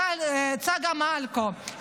צגה מלקו,